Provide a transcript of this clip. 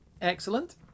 Excellent